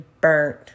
burnt